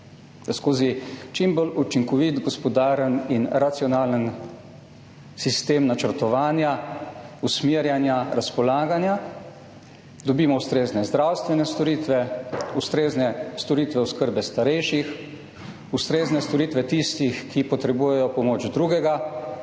skozi čim bolj učinkovit, gospodaren in racionalen sistem načrtovanja, usmerjanja, razpolaganja dobimo ustrezne zdravstvene storitve, ustrezne storitve oskrbe starejših, ustrezne storitve za tiste, ki potrebujejo pomoč drugega,